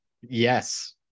Yes